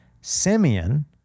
Simeon